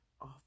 off